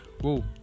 whoa